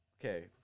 okay